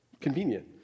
Convenient